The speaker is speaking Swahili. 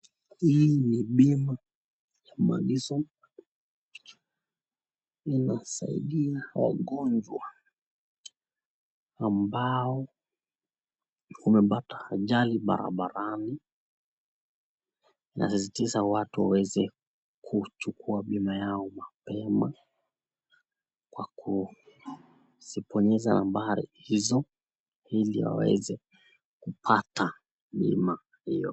Hii ni bima ya Madison, inasaidia wagonjwa ambao wamepata ajali barabarani, inasisitiza watu waweze kuchukua bima yao mapema, kwa kuzibonyeza mabari hizo, ili waweze kupata bima hio.